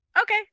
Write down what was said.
Okay